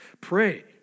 Pray